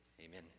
Amen